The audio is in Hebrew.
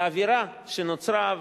האווירה שנוצרה,